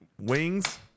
wings